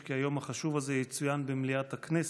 כי היום החשוב הזה יצוין במליאת הכנסת.